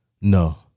No